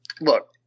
look